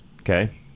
Okay